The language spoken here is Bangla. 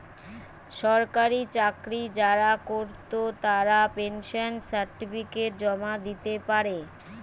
সরকারি চাকরি যারা কোরত তারা পেনশন সার্টিফিকেট জমা দিতে পারে